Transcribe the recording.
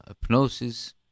hypnosis